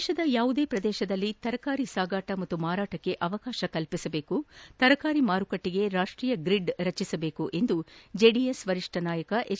ದೇಶದ ಯಾವುದೇ ಪ್ರದೇಶದಲ್ಲಿ ತರಕಾರಿ ಸಾಗಾಟ ಹಾಗೂ ಮಾರಾಟಕ್ಕೆ ಅವಕಾಶ ಕಲ್ಲಿಸಬೇಕು ತರಕಾರಿ ಮಾರುಕಟ್ಟಿಗೆ ರಾಷ್ಟೀಯ ಗ್ರಿಡ್ ರಚಿಸಬೇಕು ಎಂದು ಜೆಡಿಎಸ್ ವರಿಷ್ಠ ನಾಯಕ ಎಚ್